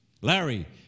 larry